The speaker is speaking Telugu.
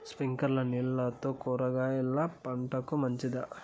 స్ప్రింక్లర్లు నీళ్లతో కూరగాయల పంటకు మంచిదా?